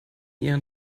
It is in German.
ihren